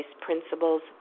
principles